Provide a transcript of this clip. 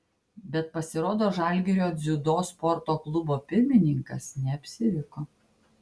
bet pasirodo žalgirio dziudo sporto klubo pirmininkas neapsiriko